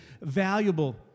valuable